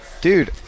Dude